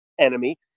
enemy